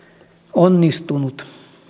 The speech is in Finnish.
onnistunut